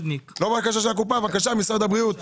משרד הבריאות.